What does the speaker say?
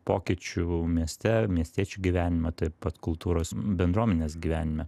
pokyčių mieste miestiečių gyvenime taip pat kultūros bendruomenės gyvenime